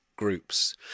Groups